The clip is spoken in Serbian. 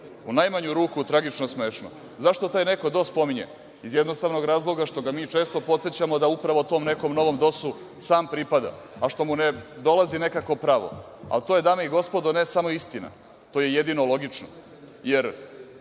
U najmanju ruku to je tragično smešno.Zašto taj neko DOS spominje? Iz jednostavnog razloga što ga mi često podsećamo da upravo tom nekom novom DOS-u sam pripada, a što mu ne dolazi nekako pravo. Ali, to je, dame i gospodo, ne samo istina, to je jedino logično,